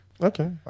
Okay